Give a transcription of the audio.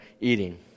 eating